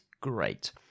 great